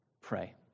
pray